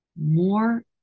more